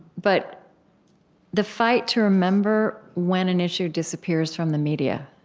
but the fight to remember when an issue disappears from the media